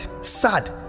sad